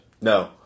No